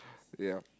ya